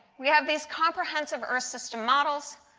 we have these comprehensive earth system models.